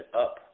up